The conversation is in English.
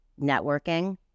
networking